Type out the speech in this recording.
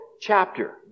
chapter